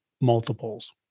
multiples